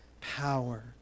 power